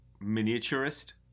miniaturist